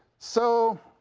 so